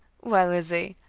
why, lizzie,